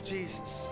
Jesus